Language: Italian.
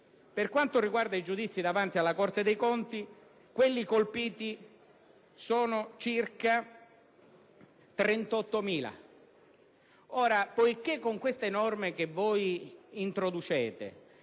Per quanto riguarda i giudizi davanti alla Corte dei conti, quelli colpiti sono circa 38.000. Poiché con queste norme che introducete